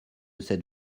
cette